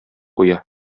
куя